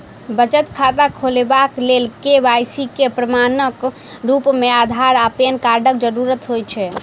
बचत खाता खोलेबाक लेल के.वाई.सी केँ प्रमाणक रूप मेँ अधार आ पैन कार्डक जरूरत होइ छै